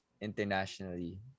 internationally